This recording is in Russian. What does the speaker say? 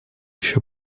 еще